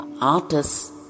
artists